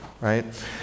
right